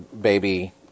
baby